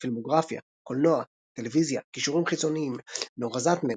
פילמוגרפיה קולנוע טלוויזיה קישורים חיצוניים נורה זהטנר,